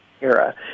era